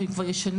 והם כבר ישנים,